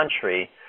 country